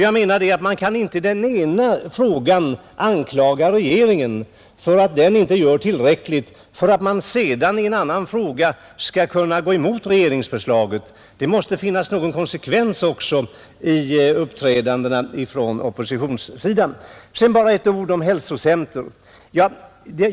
Jag menar att man inte kan i den ena frågan anklaga regeringen för att den inte gör tillräckligt, för att sedan i en annan fråga gå emot regeringsförslaget. Det måste finnas någon konsekvens i uppträdandet också på oppositionssidan. Sedan bara ett ord om hälsocenter.